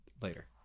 later